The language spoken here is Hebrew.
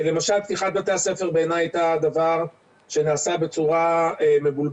למשל פתיחת בתי הספר בעיני היה דבר שנעשה בצורה מבולבלת,